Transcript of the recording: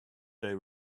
they